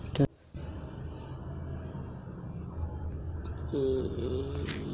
क्या शनिवार को ऋण अनुमानों के लिए गिना जाता है?